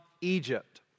Egypt